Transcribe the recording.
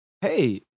Hey